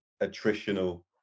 attritional